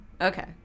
Okay